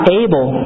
able